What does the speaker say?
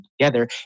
together